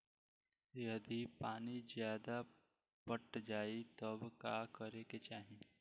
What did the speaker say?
यदि पानी ज्यादा पट जायी तब का करे के चाही?